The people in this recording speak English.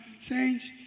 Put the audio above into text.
saints